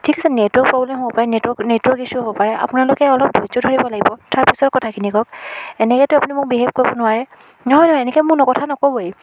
ঠিক আছে নেটৰ প্ৰ'ব্লেম হ'ব পাৰে নেটৰ নেটৱৰ্ক ইছ্য়ু হ'ব পাৰে আপোনালোকে অলপ ধৈৰ্য্য় ধৰিব লাগিব তাৰ পিছত কথাখিনি কওক এনেকেতো আপুনি মোক বিহেভ কৰিব নোৱাৰে নহয় নহয় এনেকৈ মোক ন কথা নক'বই